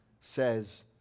says